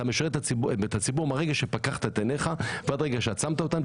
אתה משרת את הציבור מהרגע שפקחת את עיניך ועד הרגע שעצמת אותן,